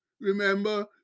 Remember